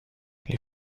les